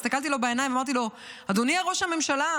הסתכלתי לו בעיניים ואמרתי לו: אדוני ראש הממשלה,